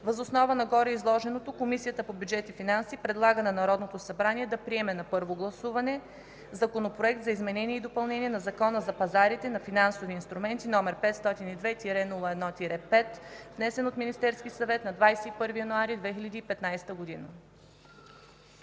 Въз основа на гореизложеното, Комисията по бюджет и финанси предлага на Народното събрание да приеме на първо гласуване Законопроект за изменение и допълнение на Закона за пазарите на финансови инструменти, № 502-01-5, внесен от Министерския съвет на 21 януари 2015 г.”